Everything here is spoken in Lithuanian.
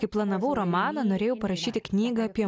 kai planavau romaną norėjau parašyti knygą apie